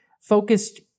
focused